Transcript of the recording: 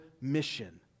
mission